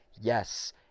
Yes